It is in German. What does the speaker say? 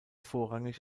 vorrangig